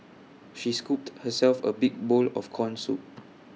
she scooped herself A big bowl of Corn Soup